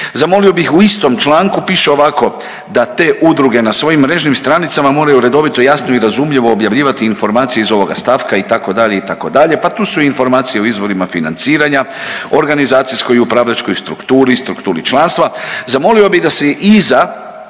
Zamolio bih u istom članku piše ovako da te udruge na svojim mrežnim stranicama moraju redovito jasno i razumljivo objavljivati informacije iz ovoga stavka itd., itd. pa tu su informacije o izvorima financiranja, organizacijskoj i upravljačkoj strukturi, strukturi članstva. Zamolio bi da se iza